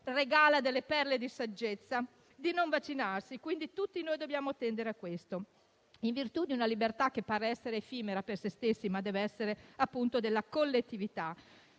regala delle perle di saggezza - di vaccinarsi; tutti noi dobbiamo tendere a questo, in virtù di una libertà che non deve essere effimera e per se stessi, ma deve essere della collettività.